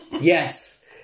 Yes